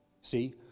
See